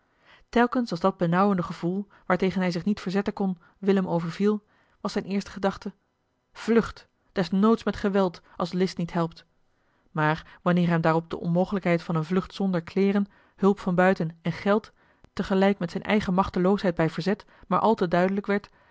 telkens als dat benauwende gevoel waartegen hij zich niet verzetten kon willem overviel was zijne eerste gedachte vlucht desnoods met geweld als list niet helpt maar wanneer hem daarop de onmogelijkheid van eene vlucht zonder kleeren hulp van buiten en geld te gelijk met zijne eigen machteloosheid bij verzet maar al te duidelijk werd